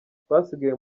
twasigaye